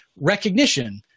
Recognition